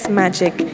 magic